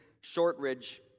Shortridge